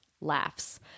Laughs